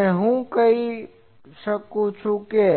અને હું જે કહું છું તે